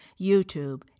YouTube